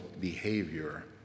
behavior